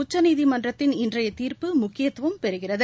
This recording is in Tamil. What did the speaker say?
உச்சநீதிமன்றத்தின் இன்றைய தீர்ப்பு முக்கியத்துவம் பெறுகிறது